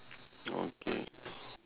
okay